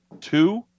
two